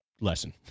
lesson